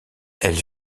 elle